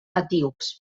etíops